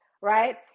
right